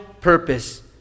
purpose